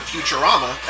Futurama